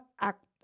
act